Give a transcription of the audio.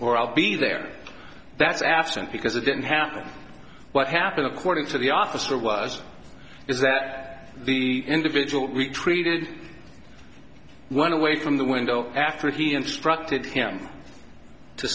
or i'll be there that's absent because it didn't happen what happened according to the officer was is that the individual retreated one away from the window after he instructed him to